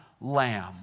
lamb